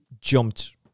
jumped